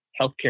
Healthcare